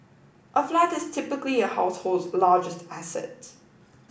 a flat is typically a household's largest asset